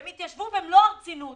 הם התיישבו במלוא הרצינות